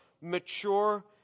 mature